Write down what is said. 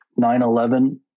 9-11